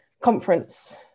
conference